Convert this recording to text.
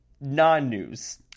non-news